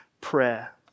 prayer